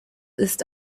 ist